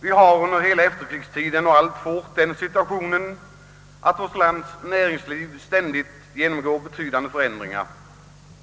Vi har under hela efterkrigstiden haft och har fortfarande den situationen, att vårt lands näringsliv genomgår betydande förändringar.